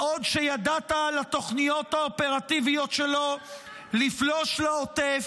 בעוד שידעת על התוכניות האופרטיביות שלו לפלוש לעוטף,